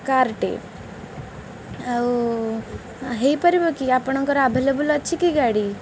କାର୍ଟେ ଆଉ ହେଇପାରିବ କି ଆପଣଙ୍କର ଆଭେଲେବୁଲ୍ ଅଛି କି ଗାଡ଼ି